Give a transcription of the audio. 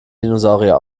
dinosaurier